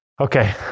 Okay